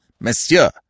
Monsieur